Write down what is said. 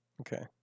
Okay